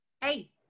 hey